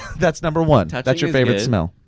that's number one, that's your favorite smell.